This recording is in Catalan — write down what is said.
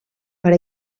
per